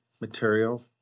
material